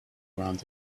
around